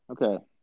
Okay